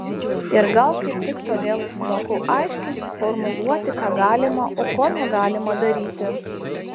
ir gal kaip tik todėl išmokau aiškiai suformuluoti ką galima o ko negalima daryti